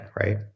right